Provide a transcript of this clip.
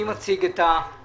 התשל"ה- 1975. מי מציג את הבקשה?